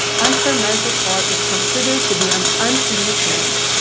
unfermented soy is considered to be an antinutrient.